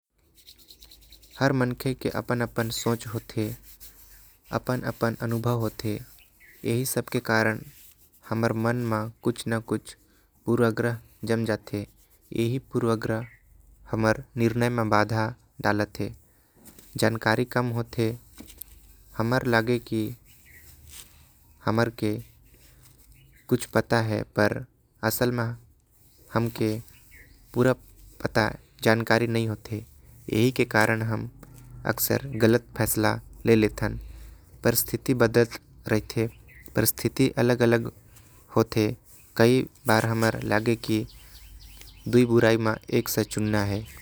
हर मन के अपन अपन सोच होथे अपन अपन मन होथे। एही सब के कारण हमर मन मा कुछ न कुछ के कारण। पुरवा ग्रह जाम जाथे यही पुरवा ग्रह हमर निर्णय में बाधा डालथे। जानकारी कम होथे हमन के लगेल की हमन ला कुछ पता है। पर असल में हमन ला पूरा जानकारी नही होथे कहे। बर की हमेशा परिस्थिति बदलत रथे अउ। दो में से कोई एक ला चुने के होथे।